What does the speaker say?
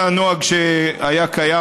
זה הנוהג שהיה קיים,